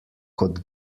kot